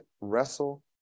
wrestle